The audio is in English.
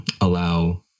allow